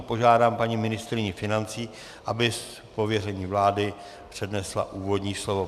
Požádám paní ministryni financí, aby z pověření vlády přednesla úvodní slovo.